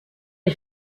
les